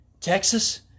Texas